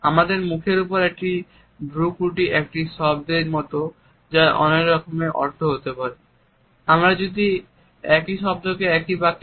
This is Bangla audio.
আমাদের মুখের ওপর একটি ভ্রুকুটি একটি শব্দের মতন যার অনেক রকমের অর্থ হতে পারে